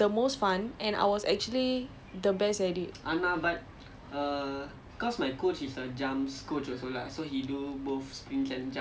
it's damn fun I feel like out of all of the events I did right jumps was actually the most fun and I was actually the best at it